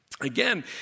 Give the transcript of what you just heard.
again